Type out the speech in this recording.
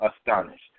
astonished